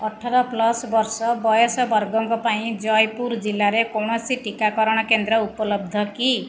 ଅଠର ପ୍ଲସ୍ ବର୍ଷ ବୟସ ବର୍ଗଙ୍କ ପାଇଁ ଜୟପୁର ଜିଲ୍ଲାରେ କୌଣସି ଟିକାକରଣ କେନ୍ଦ୍ର ଉପଲବ୍ଧ କି